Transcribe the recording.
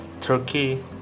Turkey